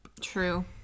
true